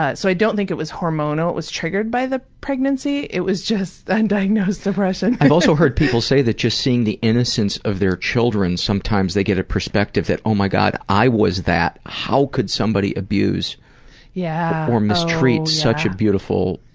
ah so i don't think it was hormonal, triggered by the pregnancy, it was just undiagnosed depression. i've also heard people say that just seeing the innocence of their children sometimes they get a perspective that, oh my god, i was that. how could somebody abuse yeah or mistreat such a beautiful,